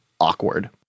awkward